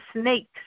snakes